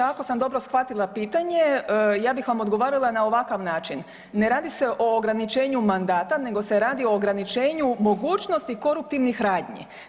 Ako sam dobro shvatila pitanje, ja bih vam odgovarala na ovakav način, ne radi se o ograničenju mandata nego se radi o ograničenju mogućnosti koruptivnih radnji.